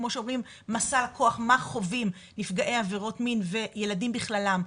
כמו שאומרים --- מה חווים נפגעי עבירות מין וילדים בכללם.